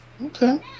Okay